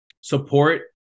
support